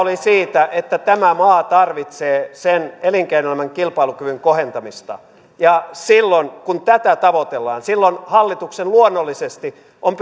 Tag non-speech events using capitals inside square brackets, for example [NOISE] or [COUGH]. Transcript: olisi siitä että tämä maa tarvitsee sen elinkeinoelämän kilpailukyvyn kohentamista ja silloin kun tätä tavoitellaan hallituksen luonnollisesti on [UNINTELLIGIBLE]